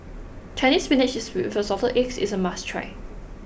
Chinese Spinach with Assorted Eggs is a must try